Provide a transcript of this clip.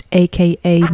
aka